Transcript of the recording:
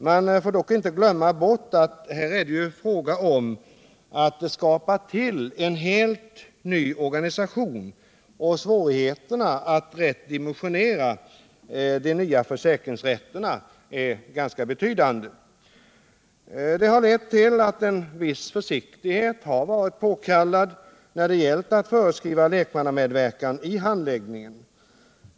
Man får dock inte glömma bort att det här gäller att få till stånd en helt ny organisation. Svårigheterna att dimensionera de nya försäkringsrätterna är ganska betydande. Detta har lett till att en viss försiktighet har varit påkallad när det gällt att föreskriva lekmannamedverkan i handläggningen.